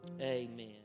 Amen